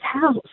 house